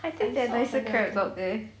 there are nicer crabs out there